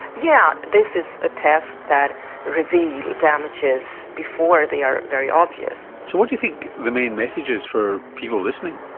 yeah this is a test that reveals damages before they are very obvious. so what do you think the main message is for people listening,